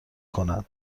کنن